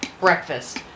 Breakfast